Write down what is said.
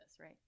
right